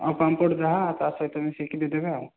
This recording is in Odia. ଆଉ ପାମ୍ପଡ଼ ଯାହା ତା' ସହିତ ମିଶେଇ କି ଦେଇଦେବେ ଆଉ